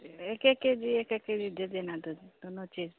तो एक एक के जी एक एक के जी दे देना दो दोनों चीज़